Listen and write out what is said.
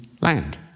land